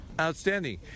Outstanding